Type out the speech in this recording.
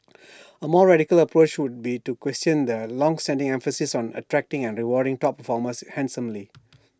A more radical approach would be to question the longstanding emphasis on attracting and rewarding top performers handsomely